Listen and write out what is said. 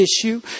issue